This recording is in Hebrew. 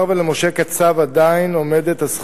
נכון לרגע זה: מאחר שלמשה קצב עדיין עומדת הזכות